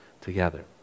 together